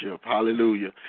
Hallelujah